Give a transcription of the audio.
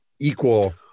equal